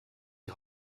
die